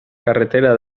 carretera